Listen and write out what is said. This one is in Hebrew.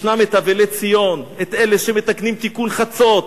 ישנם אבלי ציון, אלה שמתקנים תיקון חצות,